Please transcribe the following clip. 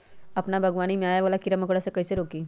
अपना बागवानी में आबे वाला किरा मकोरा के कईसे रोकी?